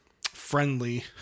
friendly